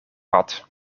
had